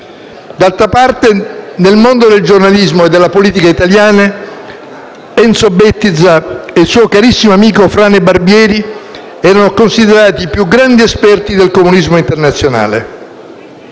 D'altra parte, nel mondo del giornalismo e della politica italiani Enzo Bettiza e il suo carissimo amico Frane Barbieri erano considerati i più grandi esperti del comunismo internazionale.